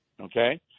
Okay